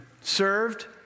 served